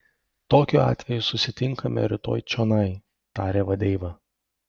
tokiu atveju susitinkame rytoj čionai tarė vadeiva